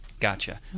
Gotcha